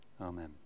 Amen